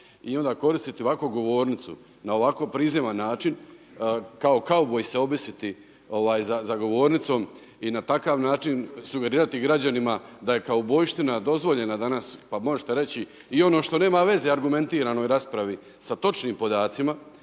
I onda koristiti ovako govornicu na ovako prizivan način, kao kauboj se objesiti za govornicom i na takav način sugerirati građanima da je kaubojština dozvoljena danas, pa možete reći i ono što nema veze argumentiranoj raspravi sa točnim podacima.